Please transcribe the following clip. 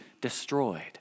destroyed